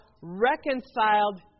reconciled